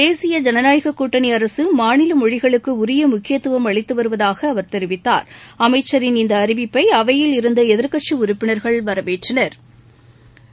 தேசிய ஜனநாயக கூட்டணி அரசு மாநில மொழிகளுக்கு உரிய முக்கியத்துவம் அளித்து வருவதாக அவா் தெரிவித்தாா் அமைச்சின் இந்த அறிவிப்பை அவையில் இருந்த எதிர்க்கட்சி உறுப்பினா்கள் வரவேற்றனா்